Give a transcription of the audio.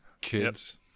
kids